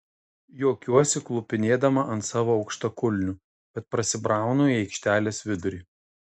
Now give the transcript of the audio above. juokiuosi klupinėdama ant savo aukštakulnių bet prasibraunu į aikštelės vidurį